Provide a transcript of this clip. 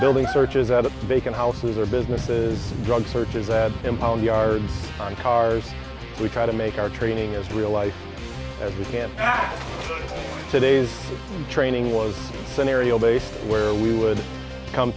building searches out of bacon houses or businesses drug searches that impound yards on cars we try to make our training as real life as we can today's training was scenario based where we would come